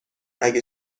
اگه